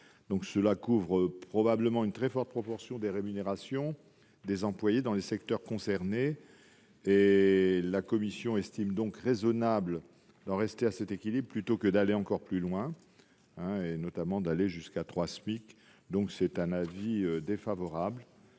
Cela couvre probablement une très forte proportion des rémunérations des employés dans les secteurs concernés. La commission estime raisonnable d'en rester à cet équilibre plutôt que d'aller encore plus loin, jusqu'à 3 SMIC. Elle a donc émis un avis défavorable